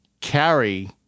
carry